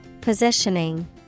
Positioning